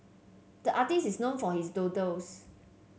the artist is known for his doodles